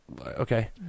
Okay